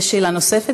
יש שאלה נוספת.